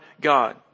God